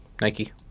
Nike